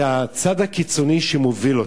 זה הצד הקיצוני שמוביל אותם.